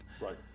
Right